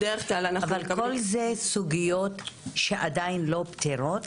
בדרך כלל אנחנו אבל כל זה סוגיות שעדיין לא פתירות?